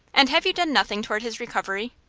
and have you done nothing toward his recovery?